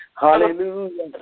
Hallelujah